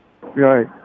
Right